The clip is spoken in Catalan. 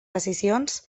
decisions